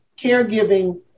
caregiving